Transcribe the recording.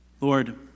Lord